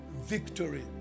victory